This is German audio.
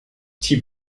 die